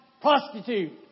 prostitute